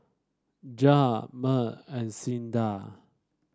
Jared Meg and Clyda